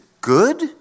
good